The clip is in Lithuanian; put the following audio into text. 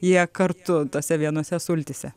jie kartu tose vienose sultyse